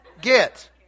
get